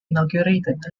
inaugurated